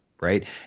right